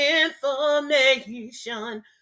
information